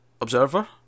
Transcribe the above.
observer